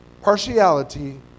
partiality